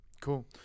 cool